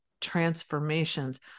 transformations